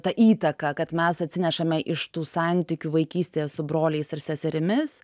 ta įtaka kad mes atsinešame iš tų santykių vaikystėje su broliais ir seserimis